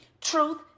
truth